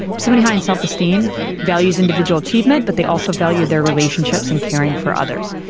somebody high in self-esteem values individual achievement but they also value their relationships and caring for others.